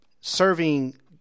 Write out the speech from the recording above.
serving